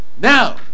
now